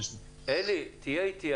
אלי, תהיה איתי.